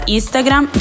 Instagram